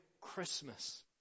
Christmas